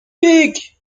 pic